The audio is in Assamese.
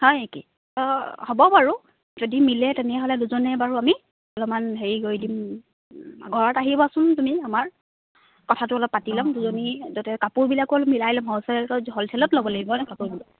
হয় নেকি হ'ব বাৰু যদি মিলে তেনেহ'লে দুজনে বাৰু আমি অলপমান হেৰি কৰি দিম ঘৰত আহিবচোন তুমি আমাৰ কথাটো অলপ পাতি ল'ম দুজনী যাতে কাপোৰবিলাকও মিলাই ল'ম হ'ল চেল হ'লচেলত ল'ব লাগিব ন কাপোৰবিলাক